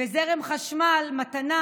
וזרם חשמל מתנה